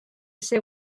seu